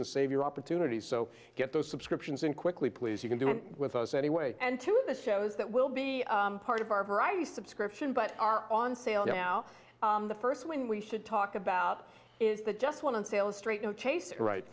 and save your opportunity so get those subscriptions in quickly please you can do with us anyway and to the shows that will be part of our variety subscription but are on sale now the first when we should talk about is that just one sales straight no chaser right